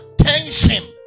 attention